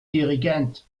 dirigent